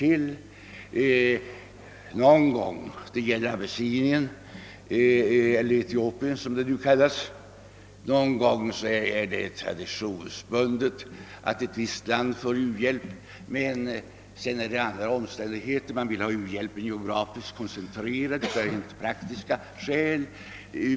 Någon gång, det gäller exempelvis Etiopien, är det av tradition vi ger ett visst land u-hjälp. Men även andra omständigheter kan vara bestämmande. Man vill exempelvis ha u-hjälpen geografiskt koncentrerad av rent praktiska skäl.